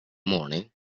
morning